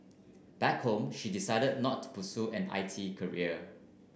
back home she decided not to pursue an I T career